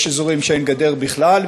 יש אזורים שאין גדר בכלל,